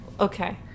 Okay